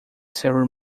several